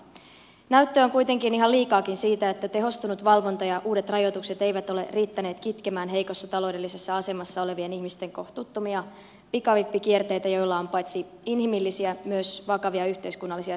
näyttöä on kuitenkin ihan liikaakin siitä että tehostunut valvonta ja uudet rajoitukset eivät ole riittäneet kitkemään heikossa taloudellisessa asemassa olevien ihmisten kohtuuttomia pikavippikierteitä joilla on paitsi inhimillisiä myös vakavia yhteiskunnallisia seurauksia